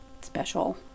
special